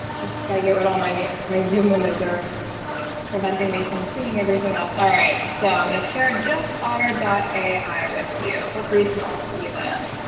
i just got here with all my my zoom windows are preventing me from seeing everything else. alright, so i'm going to share just otter ai with you, hopefully you can all see this.